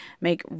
make